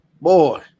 boy